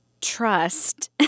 trust